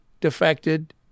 defected